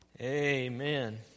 Amen